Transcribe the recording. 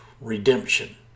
redemption